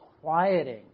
quieting